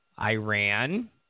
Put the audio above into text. Iran